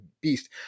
beast